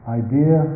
idea